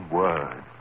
word